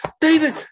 David